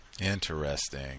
Interesting